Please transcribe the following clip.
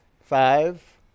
Five